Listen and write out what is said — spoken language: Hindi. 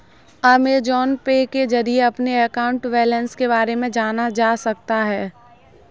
अमेजॉन पे के जरिए अपने अकाउंट बैलेंस के बारे में जाना जा सकता है